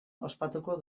ospatuko